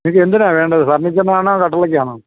നിങ്ങൾക്ക് എന്തിനാണ് വേണ്ടത് ഫർണിച്ചറിനാണോ കട്ടിളയ്ക്കാണോ